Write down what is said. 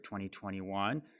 2021